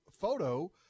photo